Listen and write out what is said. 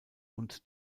und